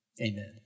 Amen